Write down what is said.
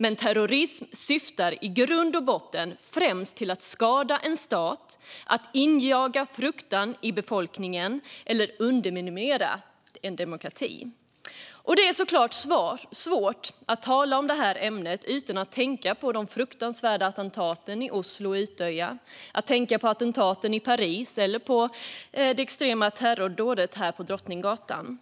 Men terrorism syftar i grund och botten främst till att skada en stat, att injaga fruktan i befolkningen eller underminera en demokrati. Det är såklart svårt att tala om ämnet utan att tänka på de fruktansvärda attentaten i Oslo och på Utøya, i Paris eller det extrema terrordådet på Drottninggatan.